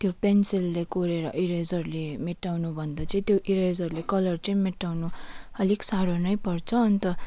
त्यो पेन्सिलले कोरेर इरेजरले मेटाउनु भन्दा चाहिँ त्यो इरेजरले कलर चाहिँ मेटाउनु अलिक साह्रो नै पर्छ अन्त